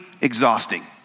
exhausting